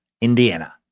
Indiana